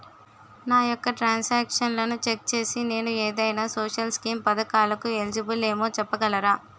నా యెక్క ట్రాన్స్ ఆక్షన్లను చెక్ చేసి నేను ఏదైనా సోషల్ స్కీం పథకాలు కు ఎలిజిబుల్ ఏమో చెప్పగలరా?